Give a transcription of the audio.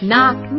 Knock